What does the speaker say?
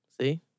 See